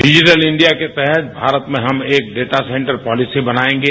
digital India के तहत भारत में हम एक डेटा सेंटर पालिसी बनाएंगे